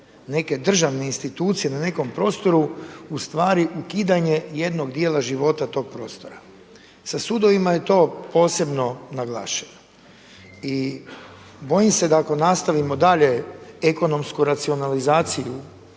neke državne institucije na nekom prostoru ustvari ukidanje jednog dijela života tog prostora. Sa sudovima je to posebno naglašeno. I bojim se da ako nastavimo dalje ekonomsku racionalizaciju